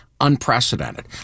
unprecedented